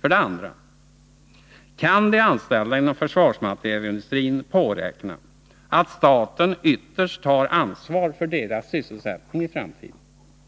För det andra: Kan de anställda inom försvarsmaterielindustrin påräkna att staten ytterst tar ansvar för deras sysselsättning i framtiden?